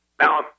Now